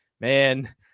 man